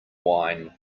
wine